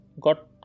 got